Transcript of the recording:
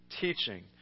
teaching